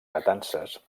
matances